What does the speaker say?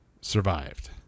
survived